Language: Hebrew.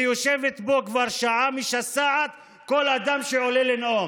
היא יושבת פה כבר שעה, משסעת כל אדם שעולה לנאום.